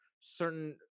certain